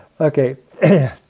Okay